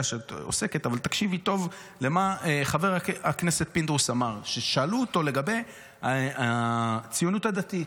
תקשיבי טוב מה חבר הכנסת פינדרוס אמר כששאלו אותו לגבי הציונות הדתית,